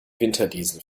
winterdiesel